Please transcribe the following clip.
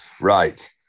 Right